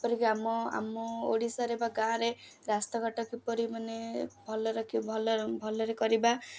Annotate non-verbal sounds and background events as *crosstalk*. ଏପିରିକି ଆମ ଆମ ଓଡ଼ିଶାରେ ବା ଗାଁରେ ରାସ୍ତାଘାଟ କିପରି ମାନେ ଭଲରେ *unintelligible* ଭଲରେ ଭଲରେ କରିବା